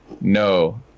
No